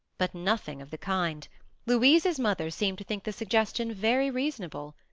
but nothing of the kind louise's mother seemed to think the suggestion very reasonable.